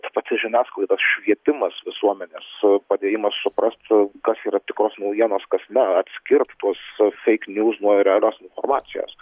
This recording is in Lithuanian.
tos pačios žiniasklaidos švietimas visuomenės su padėjimas suprastų kas yra tikros naujienos kas ne atskirt tuos tuos feik niūz nuo realios informacijos